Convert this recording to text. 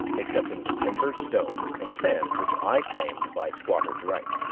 excepting the timber, stones, and sand, which i claimed by squatter's right.